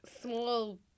small